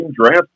draft